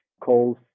calls